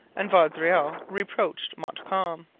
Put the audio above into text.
and vaudreuil reproached montcalm.